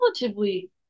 relatively